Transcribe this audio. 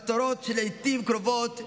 מטרות שלעיתים קרובות נשכחות,